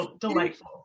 Delightful